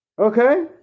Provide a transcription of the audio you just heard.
Okay